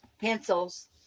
pencils